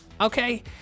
Okay